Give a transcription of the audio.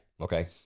Okay